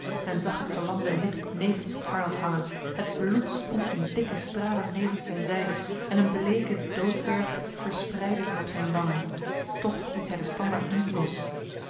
men zag het verlamde lid nevens het harnas hangen het bloed sprong in dikke stralen nevens zijn zijde en een bleke doodverf verspreidde zich op zijn wangen toch liet hij de standaard niet los